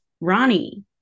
Ronnie